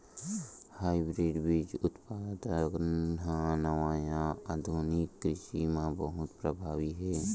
hybrid बीज उत्पादन हा नवा या आधुनिक कृषि मा बहुत प्रभावी हे